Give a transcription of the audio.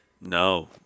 No